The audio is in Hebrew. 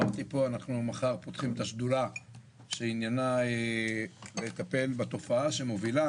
מחר אנחנו פותחים את השדולה שעניינה לטפל בתופעה שמובילה